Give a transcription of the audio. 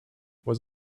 was